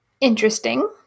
interesting